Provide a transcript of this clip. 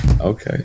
Okay